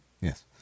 Yes